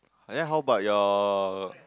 then how about your